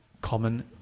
common